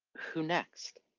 who next?